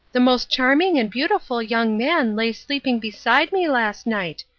the most charming and beautiful young man lay sleeping beside me last night.